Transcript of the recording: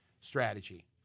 strategy